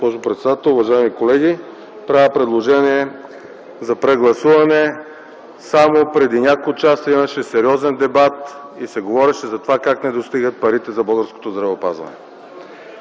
госпожо председател. Уважаеми колеги, правя предложение за прегласуване. Само преди няколко часа имаше сериозен дебат и се говореше как не достигат парите за българското здравеопазване.